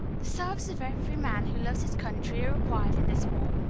the services of every man who loves his country are required in this war.